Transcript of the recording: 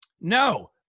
No